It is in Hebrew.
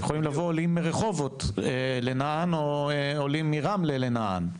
יכולים לבוא עולים מרחובות לנען או עולים מרמלה לנען.